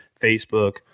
Facebook